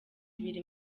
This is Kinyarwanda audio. ibiri